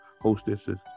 hostesses